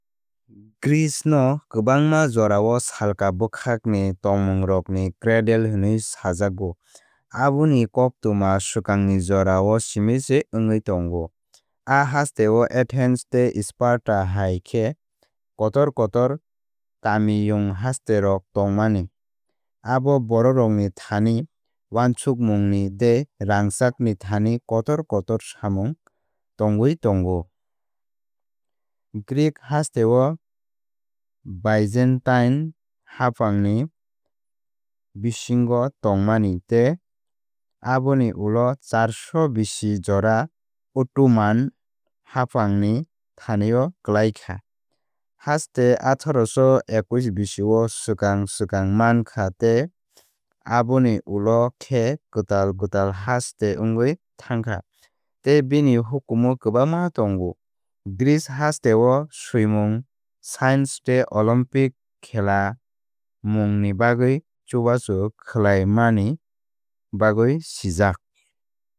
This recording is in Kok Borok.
Greece no kwbangma jorao salka bwkhakni tongmungrokni cradle hwnwi sajakgo aboni koktwma swkangni jorao simi se wngwi tongo. A hasteo Athens tei Sparta hai khe kotor kotor kamiyung hasterok tongmani. Abo borokrokni thanithani uansukmungni tei rangchakni thani kotor kotor samung tangwi tongo Greek hasteo byzantine haphangni bisingo tongmani tei aboni ulo charsho bisi jora Ottoman haphangni thanio klaikha. Haste atharosho ekkuish bisio swkang swkang mankha tei aboni ulo khe kwtal kwtal haste wngwi thangkha tei bini hukumu kwbangma tongo. Greece hasteo swimung science tei Olympic khelamungni bagwi chubachu khlaimanini bagwi sijak.